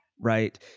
right